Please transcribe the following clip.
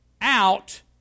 out